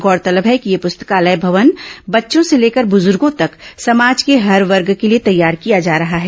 गौरतलब है कि यह प्रस्तकालय भवन बच्चों से लेकर बुज़ुर्गो तक समाज के हर वर्ग के लिए तैयार किया जा रहा है